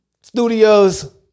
Studios